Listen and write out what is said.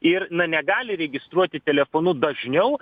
ir na negali registruoti telefonu dažniau